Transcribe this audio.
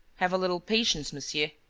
have a little patience, monsieur.